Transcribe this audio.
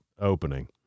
opening